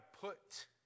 put